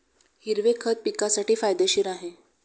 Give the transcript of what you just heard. हिरवे खत पिकासाठी फायदेशीर आहे